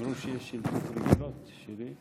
אמרו שיש שאילתות רגילות שלי.